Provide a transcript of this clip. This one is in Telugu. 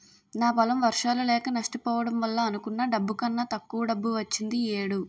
నా పొలం వర్షాలు లేక నష్టపోవడం వల్ల అనుకున్న డబ్బు కన్నా తక్కువ డబ్బు వచ్చింది ఈ ఏడు